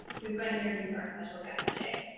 who's going to introduce our special guest today.